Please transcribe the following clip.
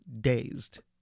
dazed